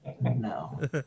No